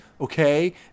okay